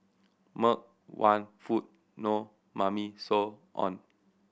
milk want food no Mummy so on